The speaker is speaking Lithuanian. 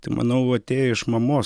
tai manau atėjo iš mamos